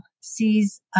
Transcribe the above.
sees